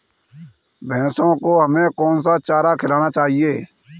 भैंसों को हमें कौन सा चारा खिलाना चाहिए?